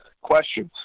Questions